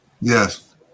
Yes